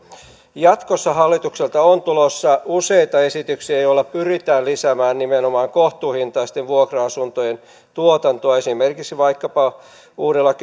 jatkossa hallitukselta on tulossa useita esityksiä joilla pyritään lisäämään nimenomaan kohtuuhintaisten vuokra asuntojen tuotantoa esimerkiksi vaikkapa uudella